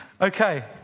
Okay